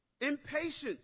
Impatience